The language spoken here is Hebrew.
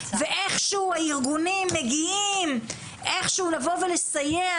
ואיכשהו הארגונים מגיעים לבוא ולסייע,